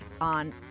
On